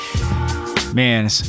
man